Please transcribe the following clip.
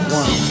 one